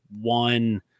one